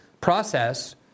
process